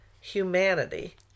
humanity